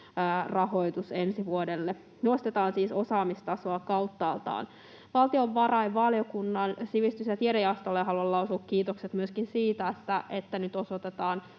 rahoitus ensi vuodelle. Nostetaan siis osaamistasoa kauttaaltaan. Valtiovarainvaliokunnan sivistys‑ ja tiedejaostolle haluan lausua kiitokset myöskin siitä, että nyt osoitetaan